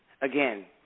Again